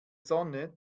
sonne